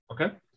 Okay